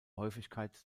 häufigkeit